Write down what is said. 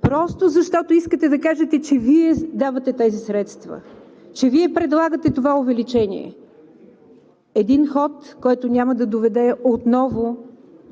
Просто защото искате да кажете, че Вие давате тези средства, че Вие предлагате това увеличение.